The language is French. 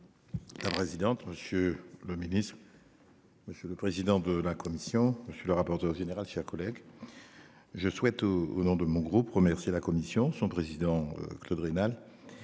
La là. La présidente. Monsieur le Ministre.-- Monsieur le président de la commission. Monsieur le rapporteur général, chers collègues. Je souhaite au au nom de mon groupe remercier la Commission son président Claude Raynal.